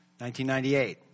1998